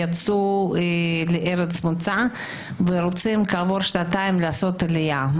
יצאו לארץ המוצא ורוצים כעבור שנתיים לעשות עלייה.